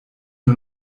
nur